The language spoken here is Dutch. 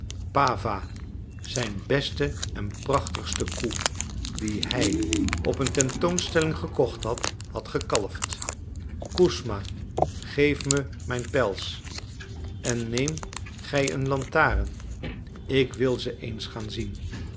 pawa zijn beste en prachtigste koe die hij op een tentoonstelling gekocht had had gekalfd kusma geef me mijn pels en neem gij een lantaarn ik wil ze eens gaan zien